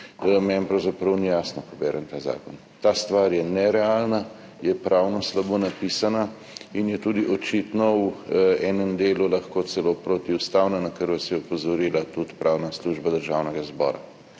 uniči, meni pravzaprav ni jasno, ko berem ta zakon. Ta stvar je nerealna, je pravno slabo napisana in je tudi očitno v enem delu lahko celo protiustavna, na kar vas je opozorila tudi pravna služba Državnega zbora.